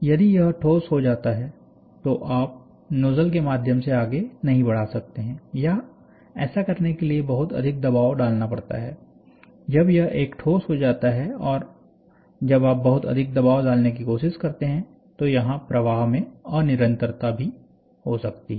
यदि यह ठोस हो जाता है तो आप नोजल के माध्यम से आगे नहीं बढ़ा सकते हैं या ऐसा करने के लिए बहुत अधिक दबाव डालना पड़ता है जब यह एक ठोस हो जाता है और जब आप बहुत अधीक दबाव डालने की कोशिश करते हैं तो यहाँ प्रवाह में अनिरंतरता भी हो सकती है